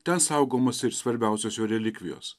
ten saugomos ir svarbiausios jo relikvijos